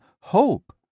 hope